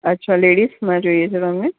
અચ્છા લેડિસમાં જોઈએ છે તમને